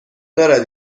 دارد